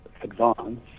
advance